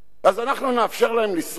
אז אנחנו נאפשר להם לשרוד.